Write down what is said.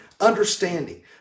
understanding